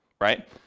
right